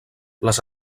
les